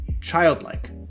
childlike